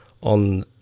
on